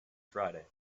friday